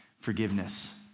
forgiveness